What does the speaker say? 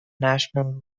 national